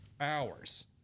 Hours